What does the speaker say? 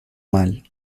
mal